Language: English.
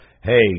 hey